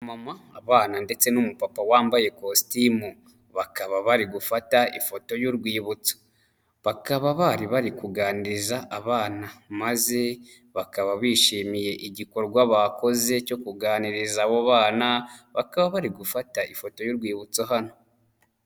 Abamama, abana ndetse n'umupapa wambaye kositimu, bakaba bari gufata ifoto y'urwibutso, bakaba bari bari kuganiriza abana maze bakaba bishimiye igikorwa bakoze cyo kuganiriza abo bana, bakaba bari gufata ifoto y'urwibutso hano.